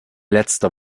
letzter